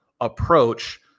approach